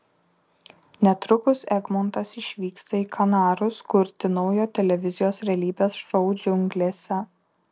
netrukus egmontas išvyksta į kanarus kurti naujo televizijos realybės šou džiunglėse